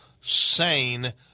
sane